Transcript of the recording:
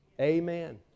Amen